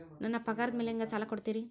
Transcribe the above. ನನ್ನ ಪಗಾರದ್ ಮೇಲೆ ನಂಗ ಸಾಲ ಕೊಡ್ತೇರಿ?